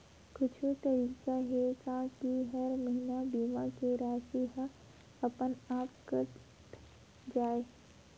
कुछु तरीका हे का कि हर महीना बीमा के राशि हा अपन आप कत जाय?